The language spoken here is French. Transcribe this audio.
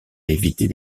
éviter